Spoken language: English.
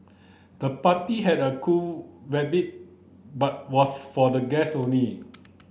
the party had a cool but was for the guest only